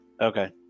Okay